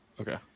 Okay